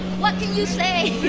what can you say?